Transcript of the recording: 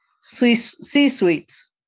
C-suites